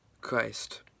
Christ